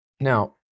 Now